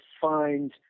find